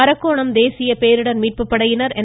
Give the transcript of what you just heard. அரக்கோணம் தேசிய பேரிடர் மீட்பு படையினர் என்